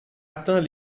atteint